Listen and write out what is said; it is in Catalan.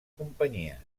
companyies